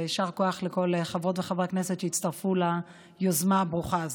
ויישר כוח לכל חברות וחברי הכנסת שהצטרפו ליוזמה הברוכה הזו.